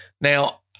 Now